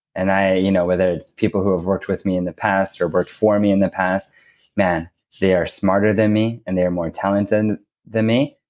and you know whether it's people who have worked with me in the past, or worked for me in the past man they are smarter than me, and they are more talented and than me,